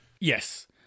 Yes